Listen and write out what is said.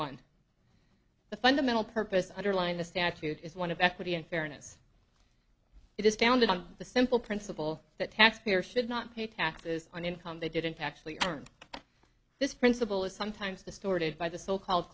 one the fundamental purpose underline the statute is one of equity and fairness it is founded on the simple principle that taxpayers should not pay taxes on income they didn't actually earn this principle is sometimes distorted by the so called